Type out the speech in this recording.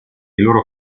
loro